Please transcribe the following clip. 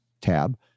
tab